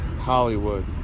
Hollywood